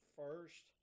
first